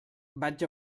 vaig